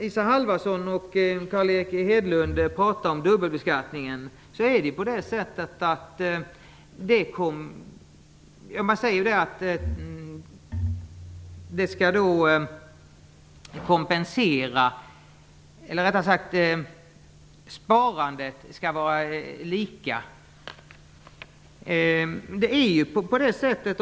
Isa Halvarsson och Carl Erik Hedlund tar upp dubbelbeskattningen och menar att sparandet skall behandlas likformigt.